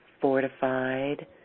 fortified